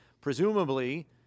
Presumably